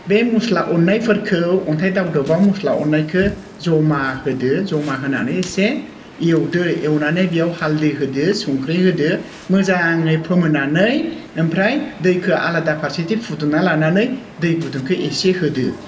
बे मस्ला उननायफोरखौ अन्थाइ दावदबाव मस्ला उननायखौ जमा होदो जमा होनानै एसे एवदो एवनानै बेयाव हालदै होदो संख्रि होदो मोजाङै फोमोननानै ओमफ्राय दैखौ आलादा फारसेथिं फुदुंना लानानै दै गुदुंखौ एसे होदो